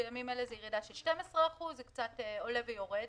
בימים אלה זה ירידה של 12%, זה עולה ויורד.